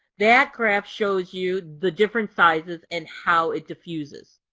that graph shows you the difference sizes and how it diffuses.